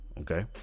okay